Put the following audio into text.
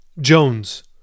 Jones